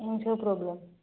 ଏମିତି ସବୁ ପ୍ରୋବ୍ଲେମ୍